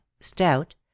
stout